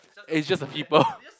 it's just the people